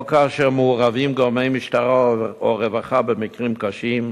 או כאשר מעורבים גורמי משטרה או רווחה במקרים קשים,